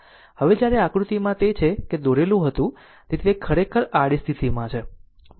હવે જ્યારે તે આકૃતિમાં છે તે જે દોરેલું હતું તે તેથી તે ખરેખર આડી સ્થિતિમાં છે બરાબર